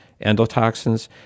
endotoxins